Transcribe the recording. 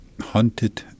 hunted